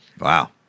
Wow